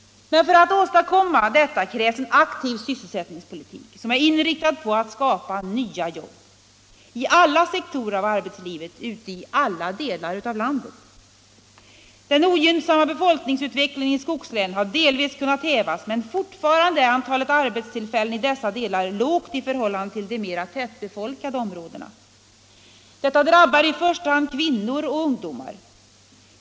För att åstadkomma detta krävs en aktiv sysselsättningspolitik som är inriktad på att skapa nya jobb i alla sektorer av arbetslivet ute i alla delar av landet. Den ogynnsamma befolkningsutvecklingen i skogslänen har delvis kunnat hävas, men fortfarande är antalet arbetstillfällen i dessa delar lågt i förhållande till i de mer tättbefolkade områdena. Detta drabbar i första hand kvinnor och ungdomar.